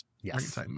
Yes